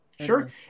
sure